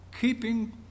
keeping